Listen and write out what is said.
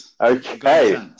okay